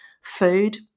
food